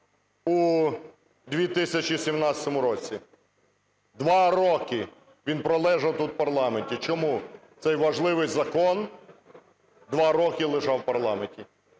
у 2017 році, 2 роки він пролежав тут, в парламенті. Чому цей важливий закон 2 роки лежав в парламенті?